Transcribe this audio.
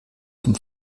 vom